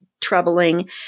troubling